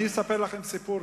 אני אספר לכם סיפור,